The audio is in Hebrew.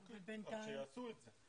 אוקיי, רק שיעשו את זה.